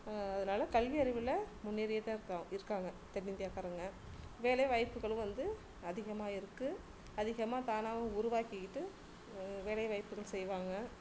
அதனால கல்வியறிவில் முன்னேறிதான் இருக்கோ இருக்காங்க தென்னிந்தியாக்காரங்க வேலைவாய்ப்புகளும் வந்து அதிகமாக இருக்குது அதிகமாக தானாகவும் உருவாக்கிக்கிட்டு வேலைவாய்ப்புகள் செய்வாங்க